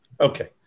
Okay